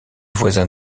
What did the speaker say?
voisin